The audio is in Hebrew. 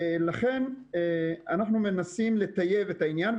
לכן אנחנו מנסים לטייב את העניין.